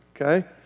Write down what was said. okay